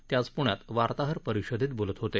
ते आज प्ण्यात वार्ताहर परिषदेत बोलत होते